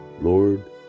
Lord